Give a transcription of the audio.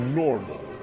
normal